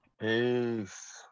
Peace